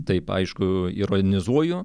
taip aišku ironizuoju